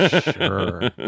Sure